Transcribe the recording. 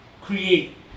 create